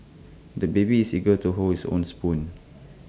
the baby is eager to hold his own spoon